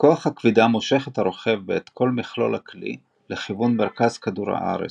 כוח הכבידה מושך את הרוכב ואת כל מכלולי הכלי לכיוון מרכז כדור הארץ.